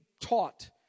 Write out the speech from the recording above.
taught